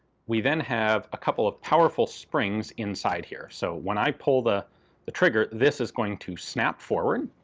we then have a couple of powerful springs inside here. so when i pull the the trigger, this is going to snap forward.